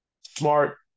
smart